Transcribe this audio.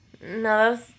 No